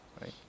Right